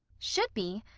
should be!